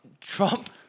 Trump